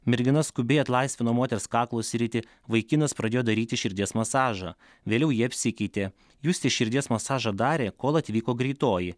mergina skubiai atlaisvino moters kaklo sritį vaikinas pradėjo daryti širdies masažą vėliau jie apsikeitė justė širdies masažą darė kol atvyko greitoji